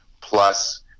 Plus